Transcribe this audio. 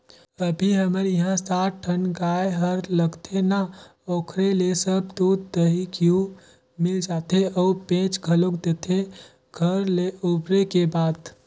अभी हमर इहां सात ठन गाय हर लगथे ना ओखरे ले सब दूद, दही, घींव मिल जाथे अउ बेंच घलोक देथे घर ले उबरे के बाद